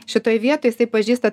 šitoj vietoj jisai pažįsta